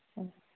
ಹ್ಞ್